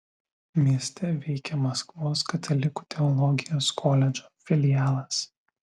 mieste veikia maskvos katalikų teologijos koledžo filialas